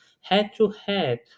head-to-head